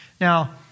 Now